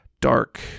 dark